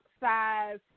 size